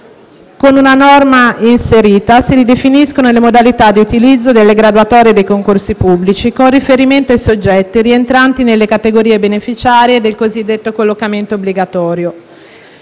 14-*ter*, si ridefiniscono le modalità di utilizzo delle graduatorie dei concorsi pubblici, con riferimento ai soggetti rientranti nelle categorie beneficiarie del cosiddetto collocamento obbligatorio.